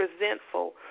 resentful